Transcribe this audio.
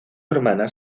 hermana